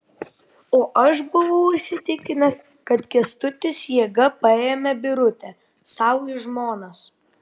o aš buvau įsitikinęs kad kęstutis jėga paėmė birutę sau į žmonas